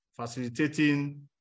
facilitating